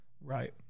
Right